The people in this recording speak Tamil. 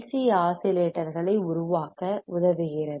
சி ஆஸிலேட்டர்களை உருவாக்க உதவுகிறது